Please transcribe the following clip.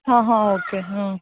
ಹಾಂ ಹಾಂ ಓಕೆ ಹ್ಞೂ